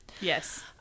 Yes